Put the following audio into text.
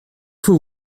faut